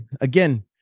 Again